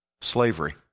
Slavery